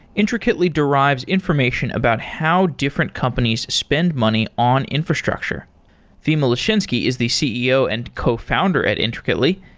intricately derives information about how different companies spend money on infrastructure fima leshinsky is the ceo and co-founder at intricately.